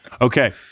Okay